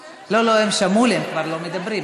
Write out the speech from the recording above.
לא, לא, הם שמעו לי, הם כבר לא מדברים.